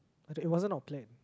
it wasn't our plan